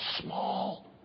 small